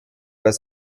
das